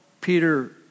Peter